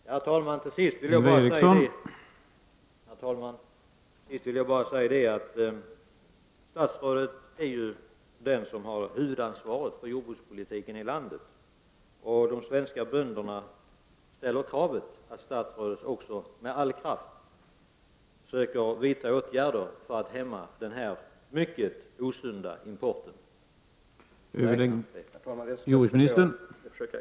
De stora förändringar som kommer att ske inom jordbruket i Sverige förändrar även drastiskt villkoren för arrendebönderna. I procent räknat är fler av arrendatorerna än självbrukande jordägare i dag heltidssysselsatta på fastigheten, och 43 96 av den totala åkerarealen är utarrenderad. Skall inte dessa arrendatorers möjligheter till en vettig inkomst från sitt arbete minska betydligt, måste detta uppmärksammas. Kommer regeringen att speciellt uppmärksamma arrendatorernas drastiskt förändrade villkor och redan nu börja arbeta för att göra deras arrendekontrakt mer rättvisa utifrån en förändrad jordbrukspolitik?